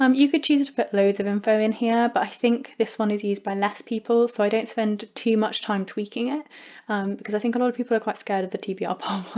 um you could choose to put loads of info in here but i think this one is used by less people so i don't spend too much time tweaking it because i think a lot of people are quite scared of the tbr part.